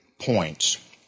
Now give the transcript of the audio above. points